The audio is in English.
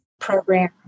program